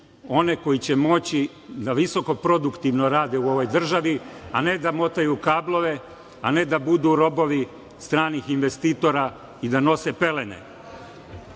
one koji će moći da visoko produktivno rade u ovoj državi, a ne da motaju kablove, a ne da budu robovi stranih investitora i da nose pelene. Imam